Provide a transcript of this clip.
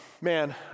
man